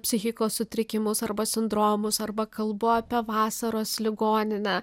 psichikos sutrikimus arba sindromus arba kalbu apie vasaros ligoninę